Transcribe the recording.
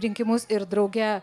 rinkimus ir drauge